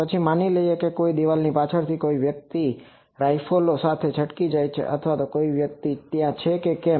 પછી માની લો કે કોઈ દિવાલની પાછળથી કોઈ વ્યક્તિ કોઈક રાઇફલો સાથે છટકી જાય છે અથવા કોઈ વ્યક્તિ ત્યાં છે કે કેમ